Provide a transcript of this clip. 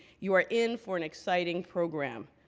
you are in for an exciting program.